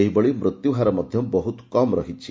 ସେହିଭଳି ମୃତ୍ୟୁହାର ମଧ୍ୟ ବହୁତ କମ୍ ରହିଛି